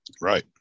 Right